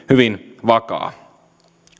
hyvin vakaa